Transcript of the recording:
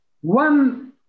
One